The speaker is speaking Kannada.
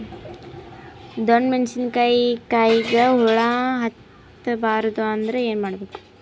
ಡೊಣ್ಣ ಮೆಣಸಿನ ಕಾಯಿಗ ಹುಳ ಹತ್ತ ಬಾರದು ಅಂದರ ಏನ ಮಾಡಬೇಕು?